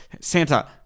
Santa